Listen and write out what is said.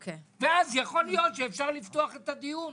ואז יכול להיות שאפשר יהיה לפתוח את הדיון,